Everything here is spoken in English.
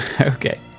Okay